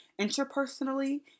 interpersonally